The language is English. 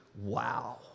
wow